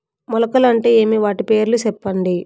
మొలకలు అంటే ఏమి? వాటి పేర్లు సెప్పండి?